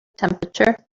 temperature